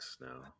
now